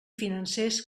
financers